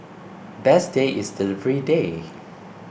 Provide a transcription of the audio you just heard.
best day is delivery day